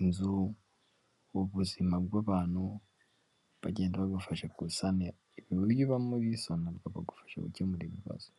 inzu, ubuzima bw'abantu, bagenda bagufasha gusana iyo uba muri Sonarwa bagufasha gukemura ibibazo.